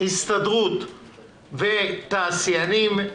הסתדרות ותעשיינים,